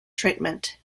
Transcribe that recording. treatment